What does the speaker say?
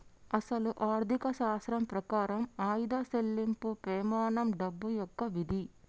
అసలు ఆర్థిక శాస్త్రం ప్రకారం ఆయిదా సెళ్ళింపు పెమానం డబ్బు యొక్క విధి